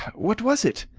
what was it?